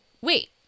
wait